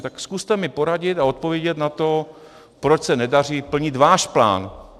Tak zkuste mi poradit a odpovědět na to, proč se nedaří plnit váš plán.